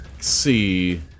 see